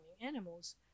animals